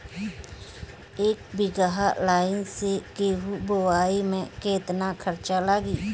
एक बीगहा लाईन से गेहूं बोआई में केतना खर्चा लागी?